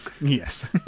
yes